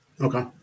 Okay